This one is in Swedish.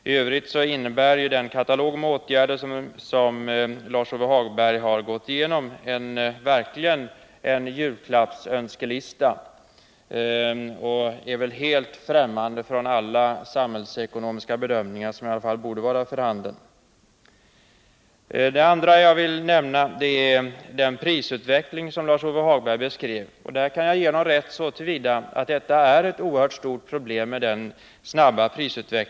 I Övrigt innebär den katalog med åtgärder som Lars-Ove Hagberg har gått igenom verkligen en julklappsönskelista. Den är helt främmande från alla samhällsekonomiska bedömningar som borde vara för handen. Min andra kommentar gäller den prisutveckling som Lars-Ove Hagberg beskrev. Jag kan ge honom rätt i att den snabba prisutvecklingen på detta område är ett oerhört problem.